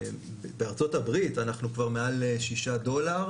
בארצות הברית אנחנו כבר מעל שישה דולר